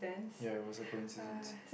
ya it was a coincidence